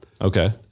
Okay